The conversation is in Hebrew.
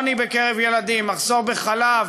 עוני בקרב ילדים, מחסור בחלב,